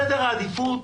בסדר העדיפות